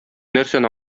нәрсәне